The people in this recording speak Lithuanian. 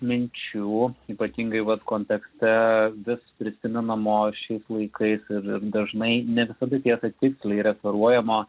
minčių ypatingai vat kontekste vis prisimenam o šiais laikais ir ir dažnai ne visada tiesa tiksliai referuojama